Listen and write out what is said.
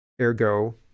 ergo